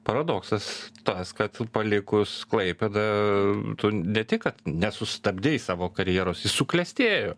paradoksas tas kad palikus klaipėdą tu ne tik kad nesustabdei savo karjeros ji suklestėjo